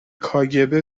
کاگب